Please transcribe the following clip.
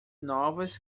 novas